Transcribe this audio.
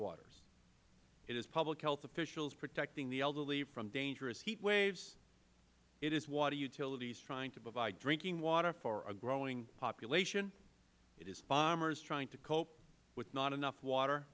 floodwaters it is public health officials protecting the elderly from dangerous heat waves it is water utilities trying to provide drinking water for a growing population it is farmers trying to cope with not enough water